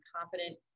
confident